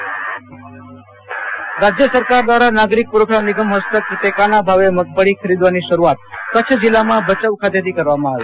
આશુતોષ અંતાણો ભચાઉ મગફળો ખરીદી પ્રારંભ રાજયસરકાર દવારા નાગરિક પુરવઠા નિગમ હસ્તક ટેકાના ભાવે મગફળી ખરીદવાની શરૂઆત કચ્છ જિલ્લામાં ભચાઉ ખાતથી કરવામાં આવી